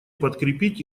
подкрепить